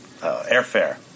airfare